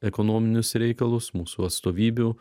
ekonominius reikalus mūsų atstovybių